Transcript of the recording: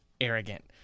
arrogant